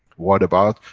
what about,